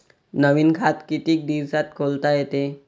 नवीन खात कितीक दिसात खोलता येते?